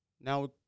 Now